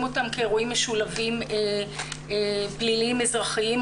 אותם כאירועים משולבים פליליים אזרחיים.